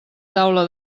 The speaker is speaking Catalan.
taula